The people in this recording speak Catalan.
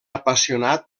apassionat